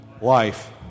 life